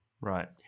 Right